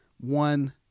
one